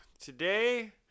today